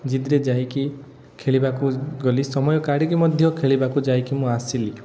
ଜିଦିରେ ଯାଇ କି ଖେଳିବାକୁ ଗଲି ସମୟ କାଢ଼ିକି ମଧ୍ୟ ଖେଳିବାକୁ ଯାଇକି ମୁଁ ଆସିଲି